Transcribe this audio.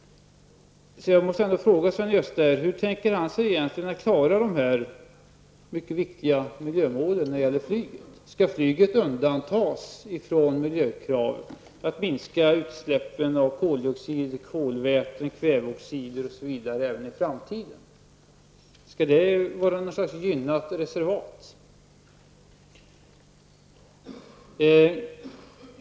Jag vill fråga Sven-Gösta Signell hur han egentligen tänker sig att klara det mycket viktiga miljömålet när det gäller flyget. Skall flyget undantas från miljökraven -- att minska utsläppet av koldioxid, kolväten, kväveoxider osv. -- även i framtiden? Skall det vara något slags gynnat reservat?